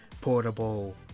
portable